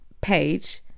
page